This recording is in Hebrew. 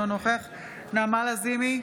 אינו נוכח נעמה לזימי,